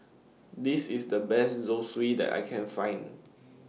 This IS The Best Zosui that I Can Find